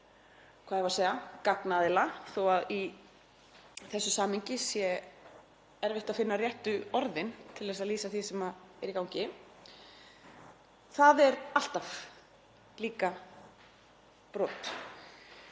hvað skal segja, gagnaðila — í þessu samhengi er erfitt að finna réttu orðin til að lýsa því sem er í gangi. Það er líka alltaf brot.